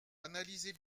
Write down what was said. analysez